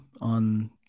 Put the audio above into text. on